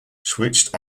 switched